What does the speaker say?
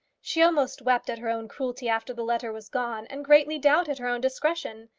she almost wept at her own cruelty after the letter was gone, and greatly doubted her own discretion.